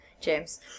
James